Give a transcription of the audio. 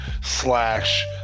slash